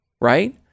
right